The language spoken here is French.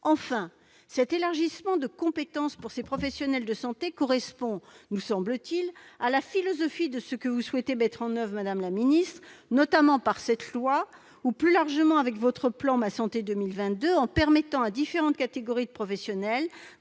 Enfin, cet élargissement des compétences de ces professionnels de santé correspond, me semble-t-il, à la philosophie de ce que vous souhaitez mettre en oeuvre, madame la ministre, notamment par cette loi ou, plus largement, avec votre plan Ma santé 2022. Notre amendement va tout à fait dans